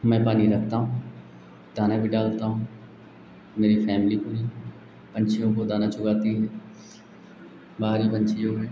मैं पानी रखता हूँ दाना भी डालता हूँ मेरी फ़ैमिली पूरी पक्षियों को दाना चुगाती है बाहरी पक्षियों में